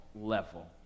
level